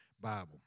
Bible